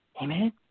Amen